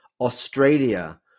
Australia